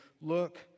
look